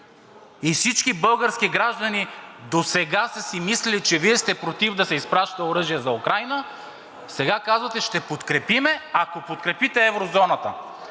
и всички български граждани досега са си мислели, че Вие сте против да се изпраща оръжие за Украйна, сега казвате: ще подкрепим, ако подкрепите еврозоната.